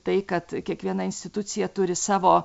tai kad kiekviena institucija turi savo